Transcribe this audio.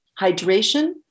Hydration